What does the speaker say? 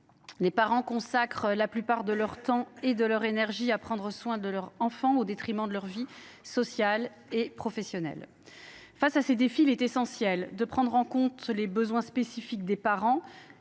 Les parents consacrent la plus grande part de leur temps et de leur énergie à prendre soin de leur enfant au détriment de leur vie sociale et professionnelle. Face à ces défis, il est essentiel de prendre en compte les besoins spécifiques de ces